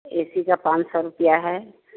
ऐ C का पाँच सौ रुपये है